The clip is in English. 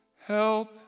Help